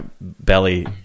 belly